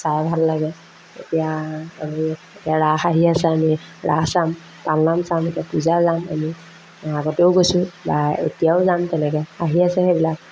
চাই ভাল লাগে এতিয়া আমি এতিয়া ৰাস আহি আছে আমি ৰাস চাম পালনাম চাম এতিয়া পূজা যাম আমি আগতেও গৈছোঁ বা এতিয়াও যাম তেনেকৈ আহি আছে সেইবিলাক